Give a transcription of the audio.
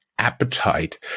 appetite